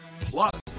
Plus